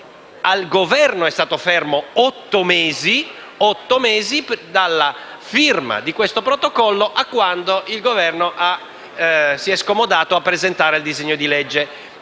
il Governo è stato fermo otto mesi, dalla firma del protocollo a quando il Governo si è scomodato a presentare il disegno di legge